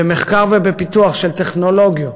במחקר ובפיתוח של טכנולוגיות,